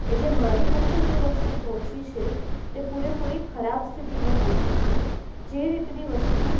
એટલે મારી પાસે જે વસ્તુ પહોંચી છે તે પૂરેપૂરી ખરાબ સ્થિતિમાં પહોંચી છે જે રીતની વસ્તુ